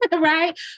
right